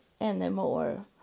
anymore